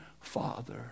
father